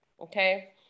okay